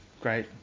Great